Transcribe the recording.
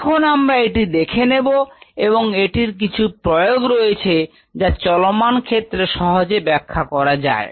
এখন আমরা এটি দেখে নেবো এবং এটির কিছু প্রয়োগ রয়েছে যা চলমান ক্ষেত্রে সহজে ব্যাখ্যা করা যায়